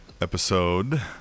episode